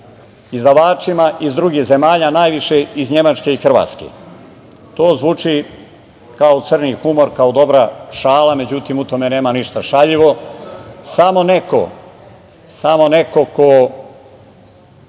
izdavačima iz drugih zemalja, najviše iz Nemačke i Hrvatske. To zvuči kao crni humor, kao dobra šala, međutim u tome nema ništa šaljivo. Samo neko ko nije